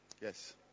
Yes